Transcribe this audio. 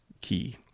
key